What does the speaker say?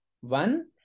One